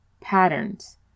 patterns